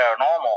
paranormal